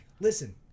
Listen